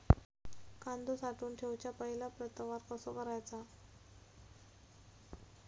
कांदो साठवून ठेवुच्या पहिला प्रतवार कसो करायचा?